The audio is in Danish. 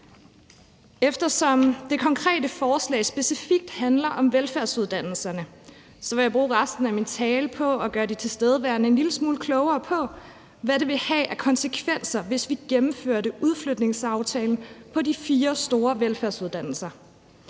Eftersom det konkrete forslag specifikt handler om velfærdsuddannelserne, vil jeg bruge resten af min tale på at gøre de tilstedeværende en lille smule klogere på, hvad det ville have af konsekvenser, hvis vi gennemførte udflytningsaftalen for de fire store velfærdsuddannelser.